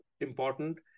Important